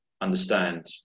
understand